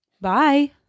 Bye